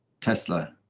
Tesla